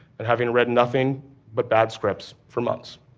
and having read nothing but bad scripts for months.